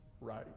right